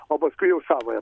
o paskui jau savąją